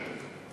גם בשטחים.